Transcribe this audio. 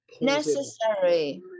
necessary